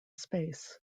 space